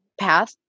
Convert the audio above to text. path